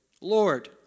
Lord